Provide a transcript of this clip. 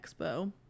Expo